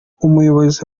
umuyobozi